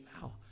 now